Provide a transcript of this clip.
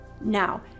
Now